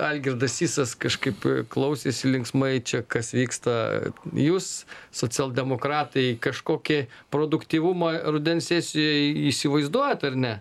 algirdas sysas kažkaip klausėsi linksmai čia kas vyksta jūs socialdemokratai kažkokį produktyvumą rudens sesijoj įsivaizduojat ar ne